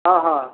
ହଁ ହଁ